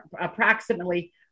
approximately